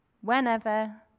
whenever